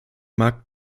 markt